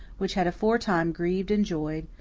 which had aforetime grieved and joyed,